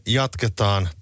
jatketaan